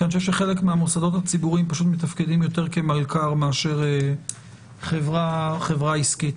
חלק מהמוסדות הציבוריים פשוט מתפקדים יותר כמלכ"ר מאשר חברה עסקית.